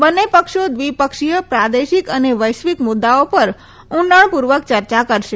બંને પક્ષો દ્વિપક્ષીય પ્રાદેશિક અને વૈશ્વિક મુદ્દાઓ પર ઉડાણપૂર્વક ચર્ચા કરશે